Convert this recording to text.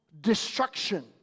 destruction